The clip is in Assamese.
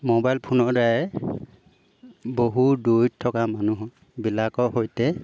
মোবাইল ফোনৰদ্বাৰাই বহু দূৰৈত থকা মানুহবিলাকৰ সৈতে